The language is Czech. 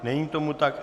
Není tomu tak.